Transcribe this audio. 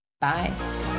Bye